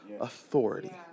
authority